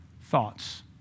thoughts